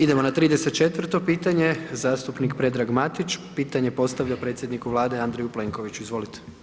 Idemo na 34. pitanje, zastupnik Predrag Matić pitanje postavlja predsjedniku Vlade Andreju Plenkoviću, izvolite.